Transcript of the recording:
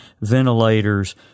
ventilators